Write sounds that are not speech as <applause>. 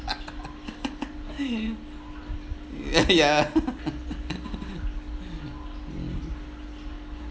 <laughs> ya <laughs> mm